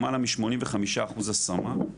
למעלה מ-85% השמה,